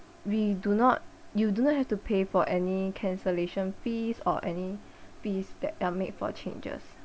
we do not you do not have to pay for any cancellation fees or any fees that are made for changes